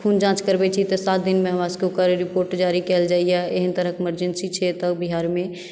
खून जाँच करबै छी तऽ सात दिनमे हमरा सभकेँ ओकर रिपोर्ट जारी कयल जाइया एहन तरहक इमरजेन्सी छै तऽ बिहारमे